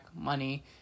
money